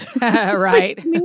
Right